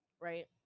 Right